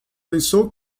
pensou